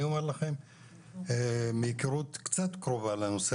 אני אומר לכם מהיכרות קצת קרובה לנושא